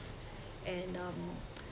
and um